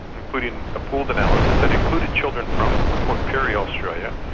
including a pooled analysis that included children from port pirie australia,